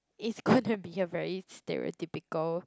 is gonna be a very stereotypical